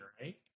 right